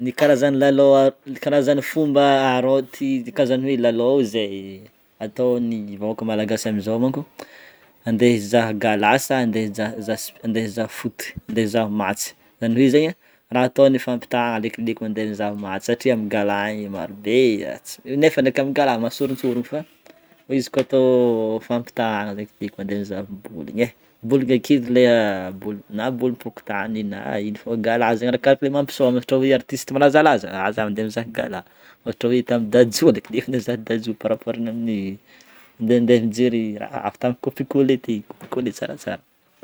Ny karazan'ny lalao a- ny karazan'ny fomba arô ty karazan'ny hoe lalao zay ataon'ny vahoaka malagasy amin'izao manko zany andeha hizaha gala sa andeha hija- hizaha sp- andeha hizaha foot, andeha hizaha match, zany hoe zegny raha atao ny fampitaha alekoleko mandeha mizaha match satria amin'ny gala igny maro be ts- nefa ndraiky amin'ny gala mahasorintsorigny fa fa izy koa atao fampiatahagna aleokoleko mandeha mizaha baoligny e baolina kitra le na baolim-pokotany, na ino fô gala zegny arakarak'le mampisaoma ohatra artiste malazalaza a zah mandeha mizaha gala ohatra hoe tamin'ny Dadju aleokoleoko mizaha Dadju par rapport ny amin'ny mandeha mijery raha hafa tamin'ny kopikole teo igny, kopikole tsaratsara.